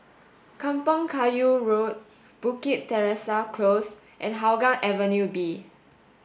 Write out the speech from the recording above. Kampong Kayu Road Bukit Teresa Close and Hougang Avenue B